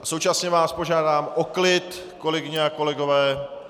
Současně vás požádám o klid, kolegyně a kolegové.